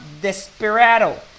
desperado